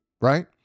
right